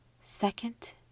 second